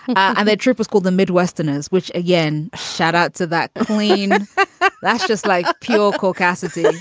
and that trip was called the midwesterners, which again, shout out to that queen you know that's just like kyoko kasese.